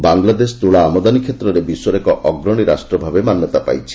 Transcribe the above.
ବାଙ୍ଗଲାଦେଶ ତୁଳା ଆମଦାନୀ କ୍ଷେତ୍ରରେ ବିଶ୍ୱର ଏକ ଅଗ୍ରଣୀ ରାଷ୍ଟ୍ର ଭାବେ ମାନ୍ୟତା ପାଇଛି